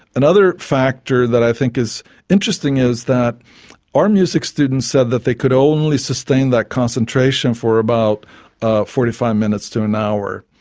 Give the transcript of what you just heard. another factor that i think is interesting is that all ah music students said that they could only sustain that concentration for about forty five minutes to an hour.